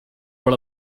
per